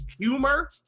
humor